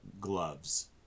gloves